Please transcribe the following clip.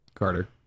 Carter